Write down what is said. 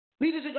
Leaders